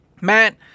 Matt